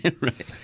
Right